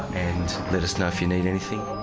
and let us know if you need anything.